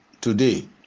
today